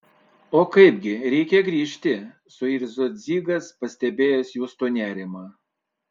o kaipgi reikia grįžti suirzo dzigas pastebėjęs justo nerimą